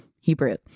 Hebrew